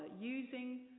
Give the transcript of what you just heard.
using